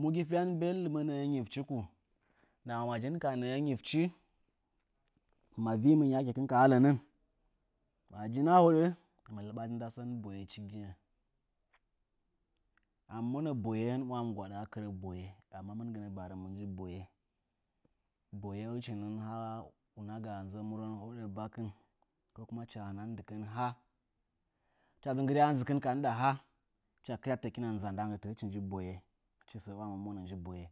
Mu gi fyan beldumə nə'ə nyifchi ku? Ndama majin ka nə'ə nyitchi ma vɨmɨn ka ha lənən, majin a hoɗə hɨna lɨɓan nda sən boye chiginə. A mɨ mona boye, boyewa, amma mɨngɨnəa barə a kɨra boye. Boye hichi nɨ hə unanga nzə murən hoɗə bakɨn ko kuma hɨcha hanan ndɨkən ha, hɨcha dzɨ nggɨrya inzikɨn ka ndɨɗa har hɨcha kɨryatɨtə hɨkina nzan ndan hɨchi nji boye. Hɨchi nɨ səə mnana mɨn hɨchi nji boye.